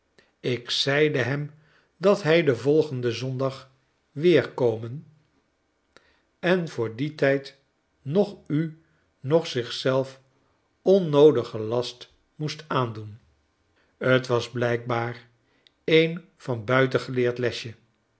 ik zeide hem dat hij den volgenden zondag weerkomen en voor dien tijd noch u noch zich zelf onnoodigen last moest aandoen t was blijkbaar een van buiten geleerd lesje